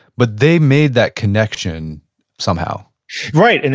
but they made that connection somehow right, and